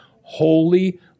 holy